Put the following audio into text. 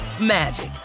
magic